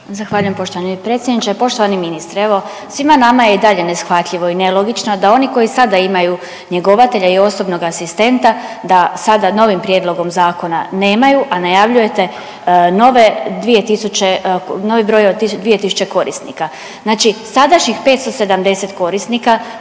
Zahvaljujem poštovani predsjedniče. Poštovani ministre, evo svima nama je i dalje neshvatljivo i nelogično da oni koji sada imaju njegovatelja i osobnog asistenta da sada novim prijedlogom zakona nemaju, a najavljujete nove 2.000 novi broj od 2.000 korisnika. Znači sadašnjih 570 korisnika,